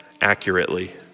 accurately